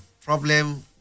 problem